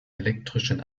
elektrischen